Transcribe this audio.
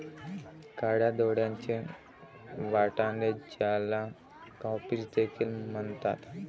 काळ्या डोळ्यांचे वाटाणे, ज्याला काउपीस देखील म्हणतात